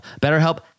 BetterHelp